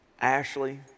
Ashley